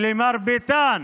שלמרביתן